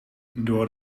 door